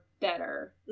better